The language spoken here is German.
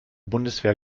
bundeswehr